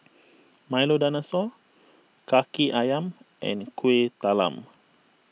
Milo Dinosaur Kaki Ayam and Kuih Talam